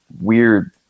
weird